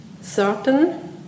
Certain